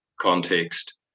context